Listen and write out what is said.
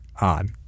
odd